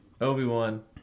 obi-wan